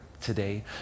today